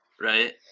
right